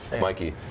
Mikey